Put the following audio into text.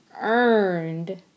earned